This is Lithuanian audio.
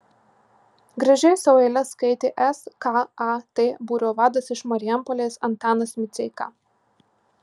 gražiai savo eiles skaitė skat būrio vadas iš marijampolės antanas miceika